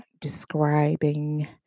describing